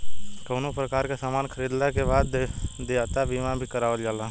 कवनो प्रकार के सामान खरीदला के बाद देयता बीमा भी करावल जाला